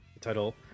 Title